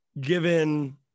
given